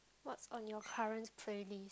what's on your current playlist